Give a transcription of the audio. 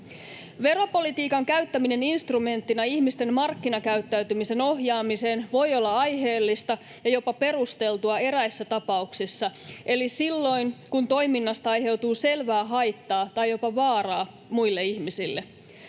Veropolitiikan käyttäminen instrumenttina ihmisten markkinakäyttäytymisen ohjaamiseen voi olla aiheellista ja jopa perusteltua eräissä tapauksissa eli silloin, kun toiminnasta aiheutuu selvää haittaa tai jopa vaaraa muille ihmisille.